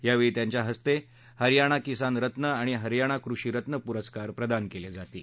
यावेळी त्यांच्या हस्ते हरयाणा किसान रत्न आणि हरयाणा कृषी रत्न पुरस्कार प्रदान केले जाणार आहेत